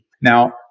Now